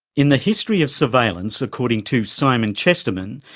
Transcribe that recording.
in the history of surveillance, according to simon chesterman,